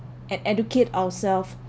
and educate ourselves